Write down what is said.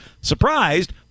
surprised